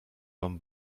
wam